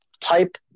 type